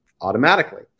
automatically